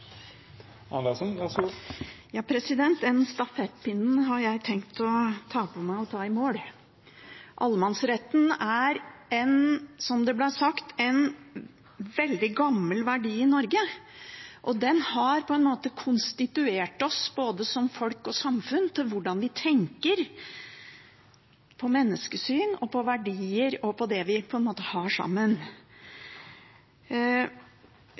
stafettpinnen har jeg tenkt å ta med meg og ta i mål. Allemannsretten er, som det ble sagt, en veldig gammel verdi i Norge, og den har på en måte konstituert oss både som folk og samfunn til hvordan vi tenker – på menneskesyn, på verdier og på det vi har sammen. Den er en av de aller viktigste frihetsverdiene vi har.